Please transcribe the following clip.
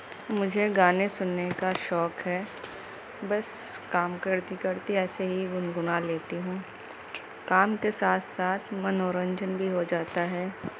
مجھے گانے سننے کا شوق ہے بس کام کرتے کرتے ایسے ہی گنگنا لیتی ہوں کام کے ساتھ ساتھ منورنجن بھی ہو جاتا ہے